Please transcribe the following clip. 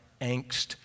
angst